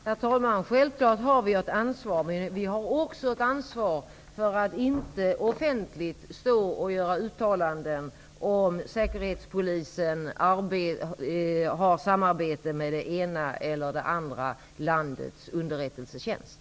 Herr talman! Självklart har vi ett ansvar. Men vi har också ett ansvar att inte offentligt göra uttalanden om ifall Säkerhetspolisen samarbetar med det ena eller andra landets underrättelsetjänst.